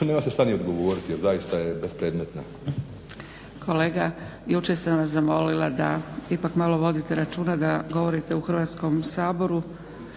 nema se šta ni odgovoriti jer zaista je bespredmetna. **Zgrebec, Dragica (SDP)** Kolega, jučer sam vas zamolila da ipak malo vodite računa da govorite u Hrvatskom saboru.